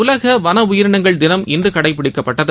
உலகவன உயிரினங்கள் தினம் இன்று கடைபிடிக்கப்படுகிறது